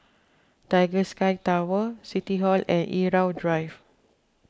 Tiger Sky Tower City Hall and Irau Drive